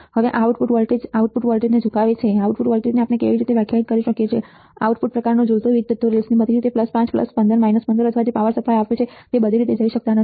હવે output voltage output વોલ્ટેજને ઝુલાવે છે આઉટપુટ વોલ્ટેજને આપણે કેવી રીતે વ્યાખ્યાયિત કરી શકીએ છીએ આઉટપુટ પ્રકારનો ઝૂલતો વીજ જથ્થો રેલ્સની બધી રીતે 5 15 15 અથવા અમે જે પાવર સપ્લાય આપ્યો છે તે બધી રીતે જઈ શકતા નથી